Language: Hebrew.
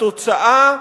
התוצאה,